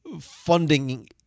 funding